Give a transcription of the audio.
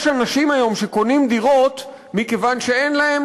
יש היום אנשים שקונים דירות מכיוון שאין להם